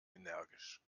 energisch